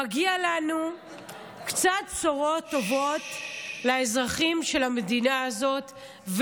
מגיע קצת בשורות טובות לאזרחים של המדינה הזאת,